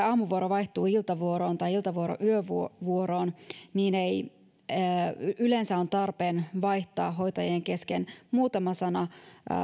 aamuvuoro vaihtuu iltavuoroon tai iltavuoro yövuoroon niin yleensä on tarpeen vaihtaa hoitajien kesken muutama sana